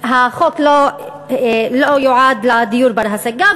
שהחוק לא יועד לדיור בר-השגה,